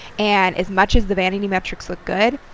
and as much as the vanity metrics look good,